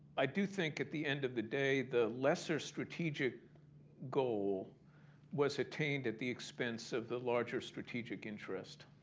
i do think at the end of the day the lesser strategic goal was attained at the expense of the larger strategic interest.